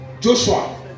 joshua